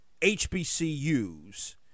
HBCUs